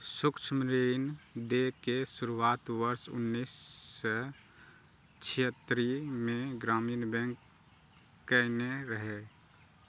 सूक्ष्म ऋण दै के शुरुआत वर्ष उन्नैस सय छिहत्तरि मे ग्रामीण बैंक कयने रहै